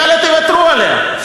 יאללה, תוותרו עליה.